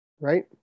right